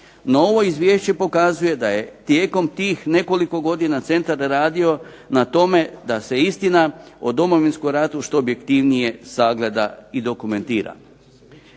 ovo izvješće pokazuje da je tijekom tih nekoliko godina centar radio na tome da se istina o Domovinskom ratu što objektivnije sagleda i dokumentira.